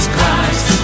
Christ